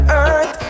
earth